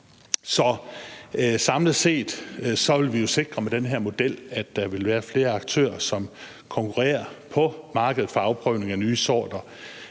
Samlet set vil vi med den her model sikre, at der vil være flere aktører, som konkurrerer på markedet for afprøvning af nye sorter.